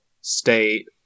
state